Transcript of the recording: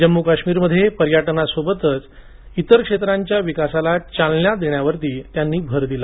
जम्मू कश्मीरमध्ये पर्यटनासोबतंच इतर क्षेत्रांच्या विकासाला चालना देण्यावर त्यांनी यावेळी भर दिला